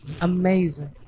Amazing